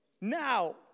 Now